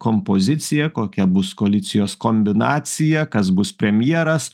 kompozicija kokia bus koalicijos kombinacija kas bus premjeras